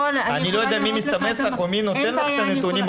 אני לא יודע מי מסמס לך או מי נותן לך את הנתונים,